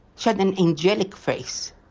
she had an angelic face,